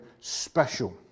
special